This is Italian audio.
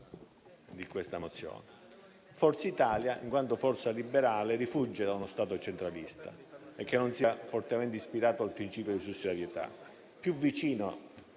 di questa mozione. Forza Italia, in quanto forza liberale, rifugge da uno Stato centralista, che non sia fortemente ispirato al principio di sussidiarietà. Più si